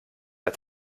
der